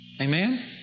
Amen